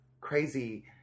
crazy